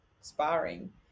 sparring